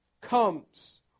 comes